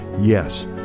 yes